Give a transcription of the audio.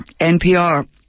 NPR